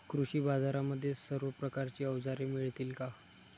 कृषी बाजारांमध्ये सर्व प्रकारची अवजारे मिळतील का?